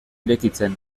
irekitzen